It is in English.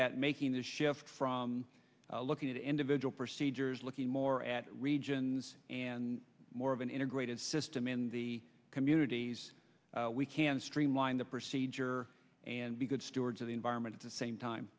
that making the shift from looking at individual procedures looking more at regions and more of an integrated system in the communities we can streamline the procedure and be good stewards of the environment at the same time